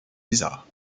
bizarres